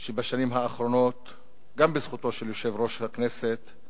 שבשנים האחרונות, גם בזכותו של יושב-ראש הכנסת,